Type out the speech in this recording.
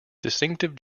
distinctive